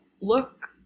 look